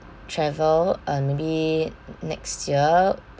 travel uh maybe next year